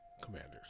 Commanders